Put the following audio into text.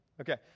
Okay